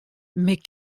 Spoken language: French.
mais